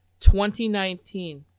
2019